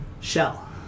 shell